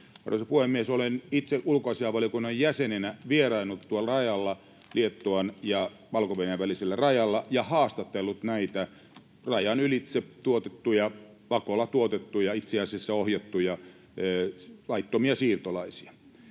Arvoisa puhemies! Olen itse ulkoasiainvaliokunnan jäsenenä vieraillut tuolla rajalla, Liettuan ja Valko-Venäjän välisellä rajalla, ja haastatellut näitä rajan ylitse tuotettuja, pakolla tuotettuja, itse asiassa ohjattuja, laittomia siirtolaisia.